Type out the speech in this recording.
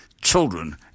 children